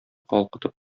калкытып